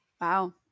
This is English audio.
Wow